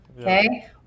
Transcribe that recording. Okay